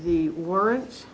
the words